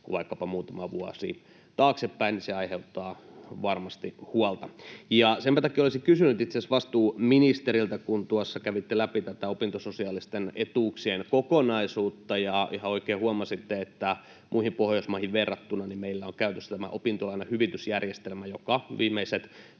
vaikkapa muutama vuosi taaksepäin, niin se aiheuttaa varmasti huolta. Senpä takia olisin kysynyt itse asiassa vastuuministeriltä, kun tuossa kävitte läpi tätä opintososiaalisten etuuksien kokonaisuutta ja ihan oikein huomasitte, että muihin Pohjoismaihin verrattuna meillä on käytössä tämä opintolainahyvitysjärjestelmä, joka viimeiset